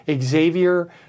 Xavier